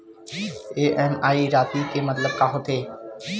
EMI राशि के मतलब का होथे?